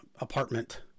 apartment